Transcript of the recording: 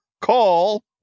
Call